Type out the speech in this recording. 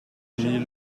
mille